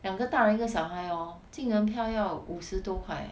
两个大人一个小孩 hor 进门要五十多块 eh